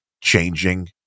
changing